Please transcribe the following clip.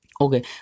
Okay